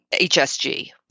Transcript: HSG